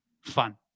fun